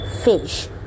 fish